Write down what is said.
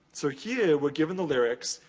so, here, we're given the lyrics,